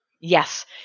Yes